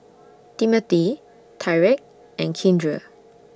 Timothy Tyrek and Keandre